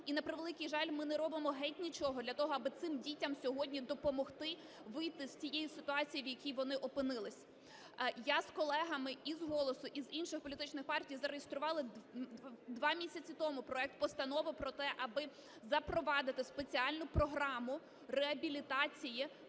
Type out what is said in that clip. І, на превеликий жаль, ми не робимо геть нічого для того, аби цим дітям сьогодні допомогти вийти з тієї ситуації, в якій вони опинилися. Я з колегами і з "Голосу", і з інших політичних партій зареєстрували два місяці тому проект постанови про те, аби запровадити спеціальну програму реабілітації